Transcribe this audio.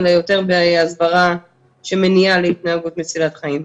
אלא יותר בהסברה שמניעה להתנהגות מצילת חיים.